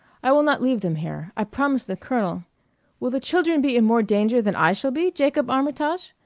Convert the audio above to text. i will not leave them here. i promised the colonel will the children be in more danger than i shall be, jacob armitage?